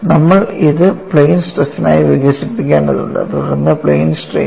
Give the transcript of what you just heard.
നമ്മൾ ഇത് പ്ലെയിൻ സ്ട്രസ്സ്നായി വികസിപ്പിക്കേണ്ടതുണ്ട് തുടർന്ന് പ്ലെയിൻ സ്ട്രെയിനിനും